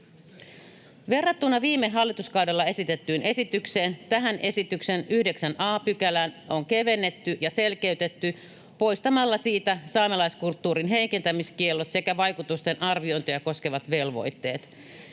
Verrattuna viime hallituskaudella esitettyyn esitykseen tähän esityksen 9 a §:ää on kevennetty ja selkeytetty poistamalla siitä saamelaiskulttuurin heikentämiskiellot sekä vaikutusten arviointeja koskevat velvoitteet.